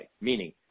meaning